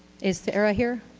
is sarah here?